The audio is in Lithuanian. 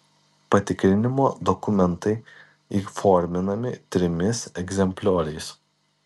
patikrinimo dokumentai įforminami trimis egzemplioriais